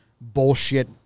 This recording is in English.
bullshit